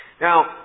Now